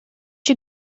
you